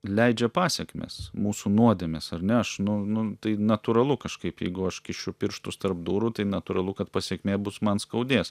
leidžia pasekmes mūsų nuodėmės ar ne aš nu nu tai natūralu kažkaip jeigu aš kišiu pirštus tarp durų tai natūralu kad pasekmė bus man skaudės